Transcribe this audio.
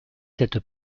cette